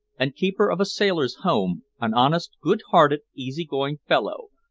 and keeper of a sailor's home, an honest, good-hearted, easy-going fellow,